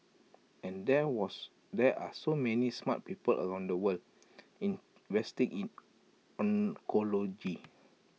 and there was there are so many smart people around the world investing in oncology